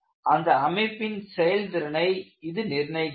அந்த அமைப்பின் செயல்திறனை இது நிர்ணயிக்கிறது